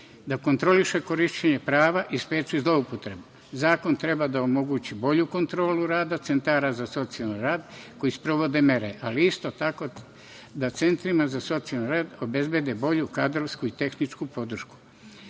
da kontroliše korišćenje prava i spreči zloupotrebe. Zakon treba da omogući bolju kontrolu rada centara za socijalni rad koji sprovode mere, ali isto tako da centrima za socijalni rad obezbedi bolju kadrovsku i tehničku podršku. Na